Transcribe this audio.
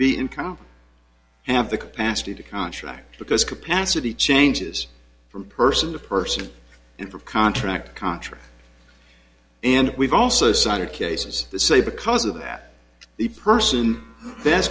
be income have the capacity to contract because capacity changes from person to person and for contract contract and we've also cited cases to say because of that the person th